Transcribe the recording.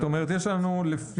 זאת אומרת, זה